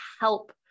help